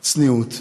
צניעות.